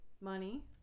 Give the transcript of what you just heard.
Money